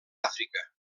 àfrica